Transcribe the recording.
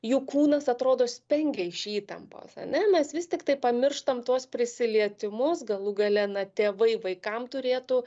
jų kūnas atrodo spengia iš įtampos ane mes vis tiktai pamirštam tuos prisilietimus galų gale na tėvai vaikam turėtų